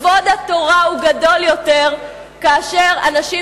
כבוד התורה הוא גדול יותר כאשר אנשים